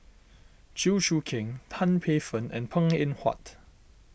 Chew Choo Keng Tan Paey Fern and Png Eng Huat